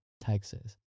Texas